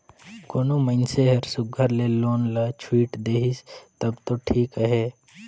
कोनो मइनसे हर सुग्घर ले लोन ल छुइट देहिस तब दो ठीक अहे